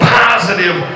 positive